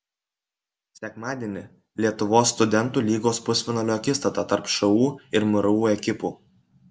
sekmadienį lietuvos studentų lygos pusfinalio akistata tarp šu ir mru ekipų